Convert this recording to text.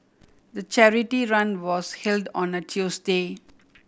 the charity run was held on a Tuesday